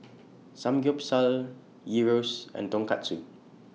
Samgyeopsal Gyros and Tonkatsu